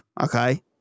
Okay